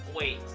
wait